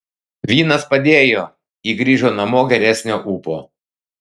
vynas padėjo ji grįžo namo geresnio ūpo